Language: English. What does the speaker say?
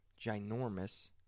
Ginormous